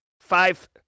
five